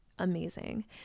amazing